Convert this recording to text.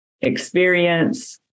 experience